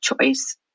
choice